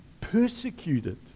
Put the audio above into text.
persecuted